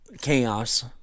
chaos